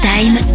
Time